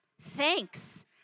Thanks